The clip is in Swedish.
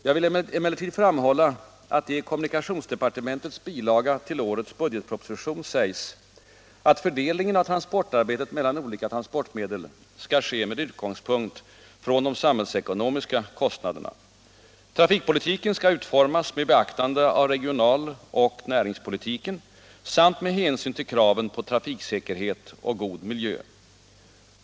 Jag vill emellertid framhålla, att det i kommunikationsdepartementets bilaga till årets budgetproposition sägs, att fördelningen av transportarbetet mellan olika transportmedel skall ske med utgångspunkt från de samhällsekonomiska kostnaderna. Trafikpolitiken skall utformas med beaktande av regional och näringspolitiken samt med hänsyn till kraven på trafiksäkerhet och god miljö.